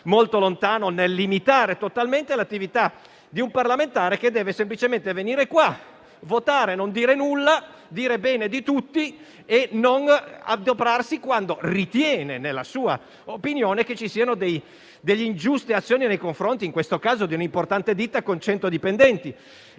molto lontano e limitare totalmente l'attività di un parlamentare che deve semplicemente venire in questa sede, votare, non dire nulla o dire bene di tutti e non adoperarsi quando ritiene che ci siano delle ingiuste azioni nei confronti, in questo caso, di un'importante ditta con 100 dipendenti.